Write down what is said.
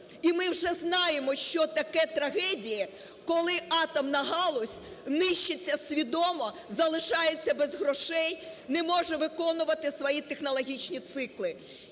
І ми вже знаємо, що таке трагедії, коли атомна галузь нищиться свідомо, залишається без грошей, не може виконувати свої технологічні цикли.